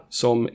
som